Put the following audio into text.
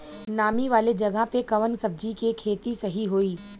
नामी वाले जगह पे कवन सब्जी के खेती सही होई?